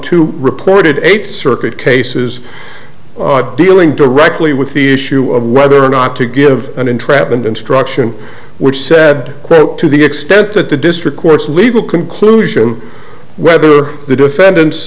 two reported eight circuit cases dealing directly with the issue of whether or not to give an entrapment instruction which said to the extent that the district court's legal conclusion whether the defendant's